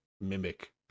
mimic